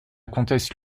comtesse